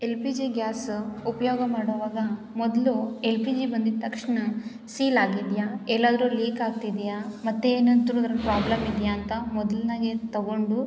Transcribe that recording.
L P G gas ಉಪಯೋಗ ಮಾಡುವಾಗ ಮೊದಲು ಎಲ್ ಪಿ ಜಿ ಬಂದಿದ್ದ ತಕ್ಷಣ ಸೀಲ್ ಆಗಿದೆಯಾ ಎಲ್ಲಾದರೂ ಲೀಕ್ ಆಗ್ತಿದೆಯಾ ಮತ್ತೇನಂತ್ರು ಅದ್ರಲ್ಲಿ ಪ್ರಾಬ್ಲಮ್ ಇದೆಯಾ ಅಂತ ಮೊದಲನಾಗೆ ತಗೊಂಡು